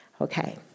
Okay